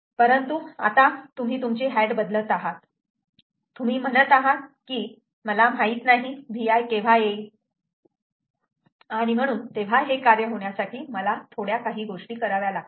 परंतु आता तुम्ही तुमची हॅट बदलत आहात तुम्ही म्हणत आहात की मला माहीत नाही Vi केव्हा येईल आणि तेव्हा हे कार्य होण्यासाठी मला थोड्या गोष्टी कराव्या लागतील